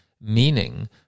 meaning